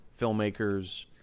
filmmakers